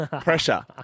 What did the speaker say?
pressure